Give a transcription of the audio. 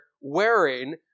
wearing